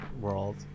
world